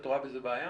את רואה בזה בעיה?